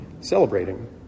celebrating